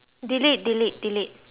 delete delete delete